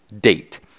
date